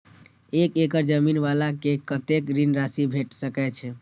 एक एकड़ जमीन वाला के कतेक ऋण राशि भेट सकै छै?